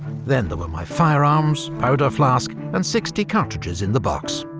then there were my firearms, powder-flask and sixty cartridges in the box.